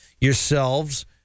yourselves